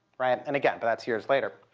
right? and again, but that's years later.